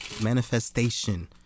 Manifestation